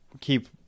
keep